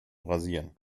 rasieren